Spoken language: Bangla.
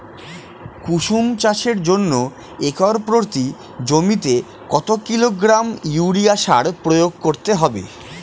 কুসুম চাষের জন্য একর প্রতি জমিতে কত কিলোগ্রাম ইউরিয়া সার প্রয়োগ করতে হবে?